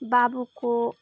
बाबुको